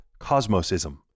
cosmosism